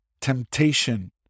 temptation